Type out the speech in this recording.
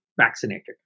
vaccinated